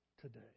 today